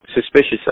suspicious